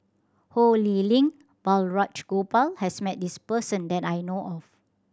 Ho Lee Ling and Balraj Gopal has met this person that I know of